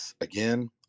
again